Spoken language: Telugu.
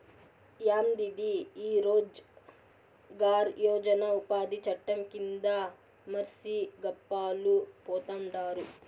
యాందిది ఈ రోజ్ గార్ యోజన ఉపాది చట్టం కింద మర్సి గప్పాలు పోతండారు